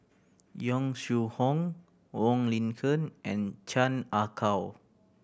Yong Shu Hoong Wong Lin Ken and Chan Ah Kow